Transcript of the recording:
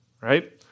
right